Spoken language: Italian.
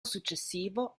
successivo